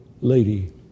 lady